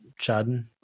Chadden